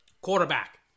Quarterback